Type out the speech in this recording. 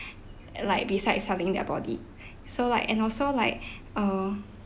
uh like besides selling their body so like and also like uh